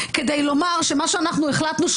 כדי לומר שמה שאנחנו החלטנו,